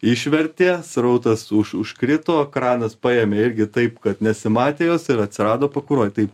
išvertė srautas užužkrito kranas paėmė irgi taip kad nesimatė jos ir atsirado pakuroj taip